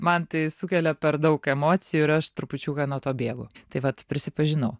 man tai sukelia per daug emocijų ir aš trupučiuką nuo to bėgu tai vat prisipažinau